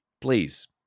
please